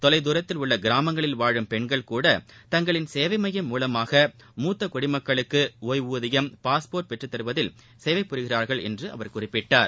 தொலைதூரத்தில் உள்ள கிராமங்களில் வாழும் பெண்கள் கூட தங்களின் சேவை மையம் மூலமாக மூத்த குடிமக்களுக்கு ஒய்வூதியம் பாஸ்போா்ட் பெற்று தருவதில் சேவை புரிகிறார்கள் என்றார்